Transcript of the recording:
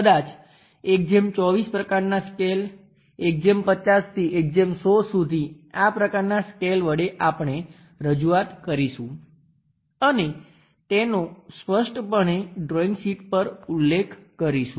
કદાચ 1 24 પ્રકારનાં સ્કેલ 1 50 થી 1 100 સુધી આ પ્રકારનાં સ્કેલ વડે આપણે રજૂઆત કરીશું અને તેનો સ્પષ્ટ પણે ડ્રોઇંગ શીટ પર ઉલ્લેખ કરીશું